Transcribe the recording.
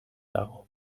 dago